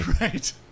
Right